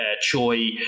Choi